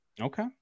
Okay